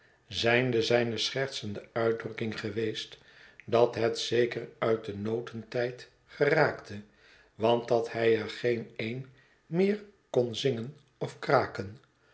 zijnde zijne schertsende uitdrukking geweest dat het zeker uit den notentijd geraakte want dat hij er geen een meer kon zingen of kraken